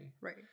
Right